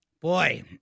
Boy